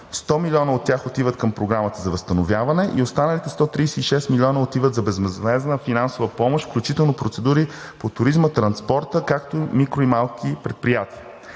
100 милиона отиват към Програмата за възстановяване, и останалите 136 милиона отиват за безвъзмездна финансова помощ, включително процедури по туризма, транспорта, както микро- и малки предприятия.